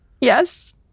Yes